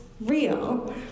real